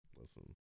Listen